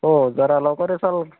हो जरा लवकर येसाल